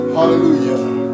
Hallelujah